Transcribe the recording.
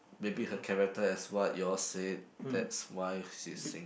maybe her character as what you all said that's why she single